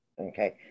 okay